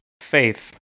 Faith